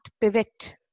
pivot